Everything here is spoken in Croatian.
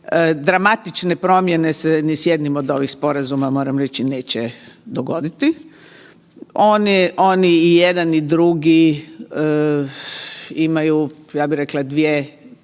dramatične promjene se ni s jednim od ovih sporazuma neće dogoditi. Oni i jedan i drugi imaju ja bi rekla dvije